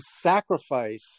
sacrifice